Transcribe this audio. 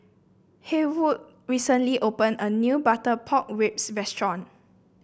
Haywood recently opened a new Butter Pork Ribs restaurant